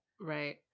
Right